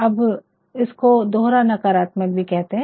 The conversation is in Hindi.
अब इसको दोहरा नकारात्मक भी कहते है